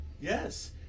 Yes